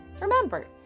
Remember